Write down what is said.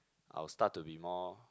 I'll start to be more